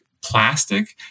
plastic